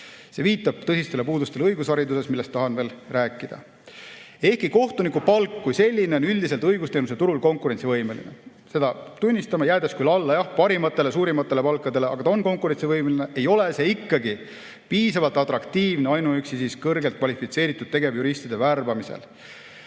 See viitab tõsistele puudustele õigushariduses, millest tahan ka veel rääkida. Ehkki kohtuniku palk kui selline on õigusteenuste turul üldiselt konkurentsivõimeline – seda me tunnistame –, jäädes küll alla jah parimatele, suurimatele palkadele, aga ta on konkurentsivõimeline, ei ole ainuüksi see piisavalt atraktiivne kõrgelt kvalifitseeritud tegevjuristide värbamiseks.